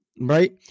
Right